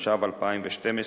התשע"ב 2012,